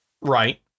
Right